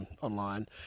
online